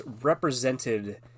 represented